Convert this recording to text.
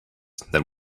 than